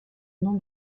nom